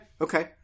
okay